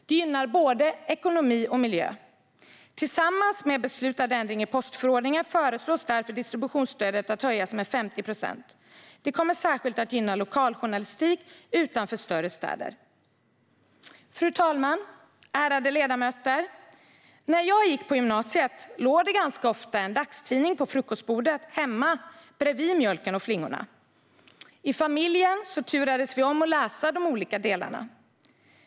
Det gynnar både ekonomi och miljö. Tillsammans med beslutad ändring i postförordningen föreslås därför distributionsstödet att höjas med 50 procent. Det kommer särskilt att gynna lokaljournalistik utanför större städer. Fru talman! Ärade ledamöter! När jag gick på gymnasiet låg det ganska ofta en dagstidning på frukostbordet hemma bredvid mjölken och flingorna. I familjen turades vi om att läsa de olika delarna.